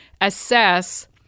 assess